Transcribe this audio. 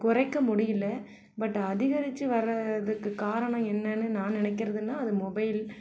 குறைக்க முடியிலை பட் அதிகரிச்சு வரதுக்கு காரணம் என்னென்னு நான் நினைக்குறதுன்னா அது மொபைல்